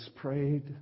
prayed